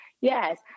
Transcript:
yes